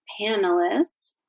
panelists